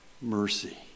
mercy